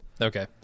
okay